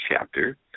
chapter